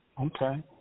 Okay